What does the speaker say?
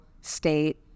state